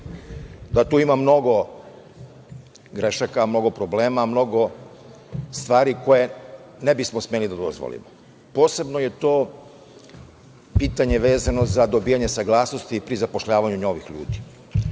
da tu ima mnogo grešaka, mnogo problema, mnogo stvari koje ne bismo smeli da dozvolimo. Posebno je pitanje vezano za dobijanje saglasnosti pri zapošljavanju novih ljudi. Ja